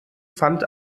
fand